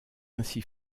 ainsi